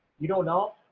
you don't know,